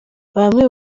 bamwe